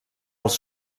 als